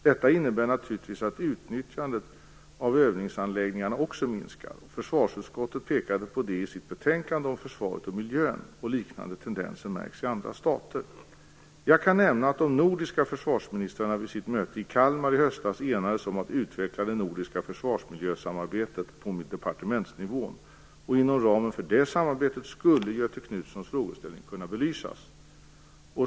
Detta innebär naturligtvis att utnyttjandet av övningsanläggningarna också minskar. Försvarsutskottet pekade på detta i sitt betänkande om försvaret och miljön. Liknande tendenser märks i andra stater. Jag kan nämna att de nordiska försvarsministrarna vid sitt möte i Kalmar i höstas enades om att utveckla det nordiska försvarsmiljösamarbetet på departementsnivån. Inom ramen för det samarbetet skulle Göthe Knutsons frågeställningar kunna belysas.